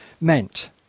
meant